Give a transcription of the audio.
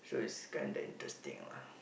so it's kind of interesting lah